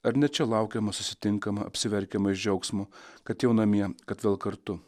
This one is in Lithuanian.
ar ne čia laukiama susitinkama apsiverkiama iš džiaugsmo kad jau namie kad vėl kartu